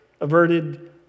averted